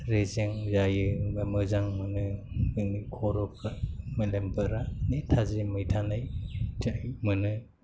रेजें जायो एबा मोजां मोनो जोंनि खर'फोरा मेलेमफोरा थाजिमै थानाय मोनो